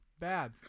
bad